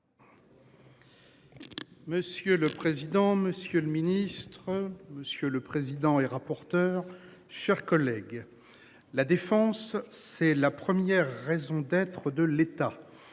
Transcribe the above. Monsieur le président, monsieur le ministre, monsieur le président et rapporteur, chers collègues. La défense, c'est la première raison d'être de l'état,